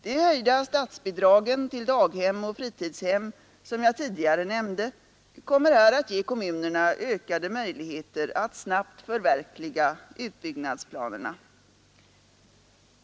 De höjda statsbidragen till daghem och fritidshem, som jag tidigare nämnde, kommer här att ge kommunerna ökade möjligheter att snabbt förverkliga utbyggnadsplanerna.